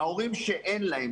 ההורים שאין להם,